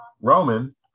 Roman